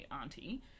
auntie